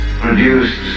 produced